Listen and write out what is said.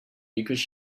because